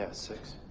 ah six